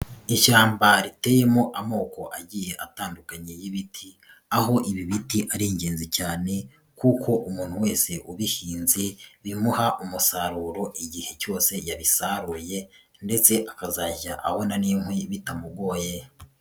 Ishyamba riteyemo amoko agiye atandukanye y'ibiti aho ibi biti ari ingenzi cyane kuko umuntu wese ubihinze bimuha umusaruro igihe cyose yabisaruye ndetse akazajya abona n'inkwi bitamugoye.